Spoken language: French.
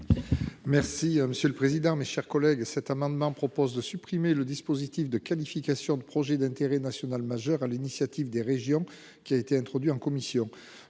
Merci monsieur le président, mes chers collègues. Cet amendement propose de supprimer le dispositif de qualification de projets d'intérêt national majeur à l'initiative des régions qui a été introduit en commission,